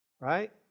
right